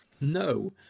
No